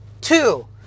two